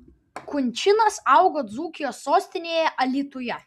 kunčinas augo dzūkijos sostinėje alytuje